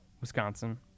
Wisconsin